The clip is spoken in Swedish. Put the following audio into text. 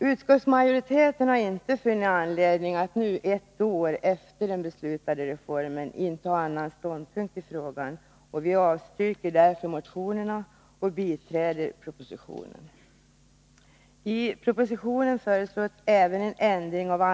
Utskottsmajoriteten har inte funnit anledning att nu, ett år efter den beslutade reformen, inta annan ståndpunkt i frågan och avstyrker därför motionerna och biträder propositionen.